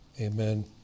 Amen